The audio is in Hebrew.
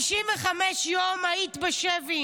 55 יום היית בשבי,